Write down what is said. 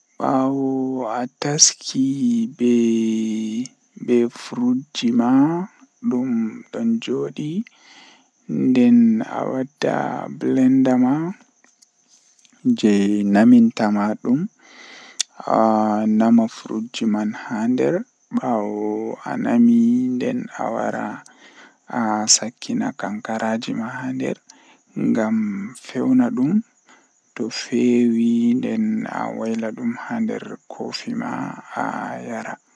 Ko ɗum no waawugol, kono neɗɗo waɗataa waɗde heɓde sooyɗi e waɗal ɓuri. Nde a waawi heɓde sooyɗi, ɗuum njogitaa goongɗi e jam e laaɓugol. Kono nde a heɓi njogordu e respect, ɗuum woodani waawugol ngir heɓde hakkilagol e njarɗi, njikataaɗo goongɗi. Nde e waɗi wattan, ko waɗa heɓde respet e ɓuri jooni,